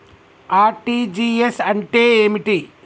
RTGS అంటే ఏమిటి?